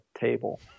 table